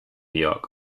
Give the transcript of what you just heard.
york